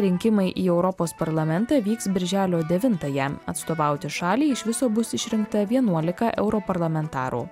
rinkimai į europos parlamentą vyks birželio devintąją atstovauti šaliai iš viso bus išrinkta vienuolika europarlamentarų